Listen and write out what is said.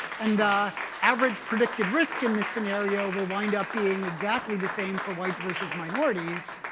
and the average predicted risk in this scenario will wind up being exactly the same for whites versus minorities